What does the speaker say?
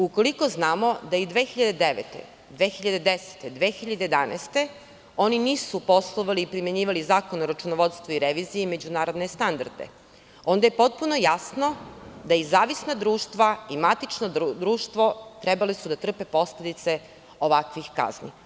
Ukoliko znamo da i 2009, 2010. i 2011. godine oni nisu poslovali i primenjivali Zakon o računovodstvu i reviziji i međunarodne standarde, onda je potpuno jasno da i zavisna društva i matična društvo su trebala da trpe posledice ovakvih kazni.